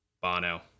Bono